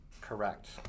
Correct